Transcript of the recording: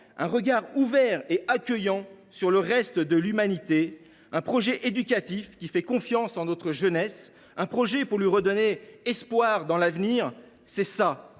un regard ouvert et accueillant sur le reste de l’humanité, un projet éducatif qui fait confiance à notre jeunesse et qui vise à lui redonner espoir dans l’avenir : c’est ça,